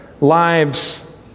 lives